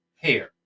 hair